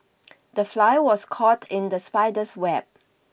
the fly was caught in the spider's web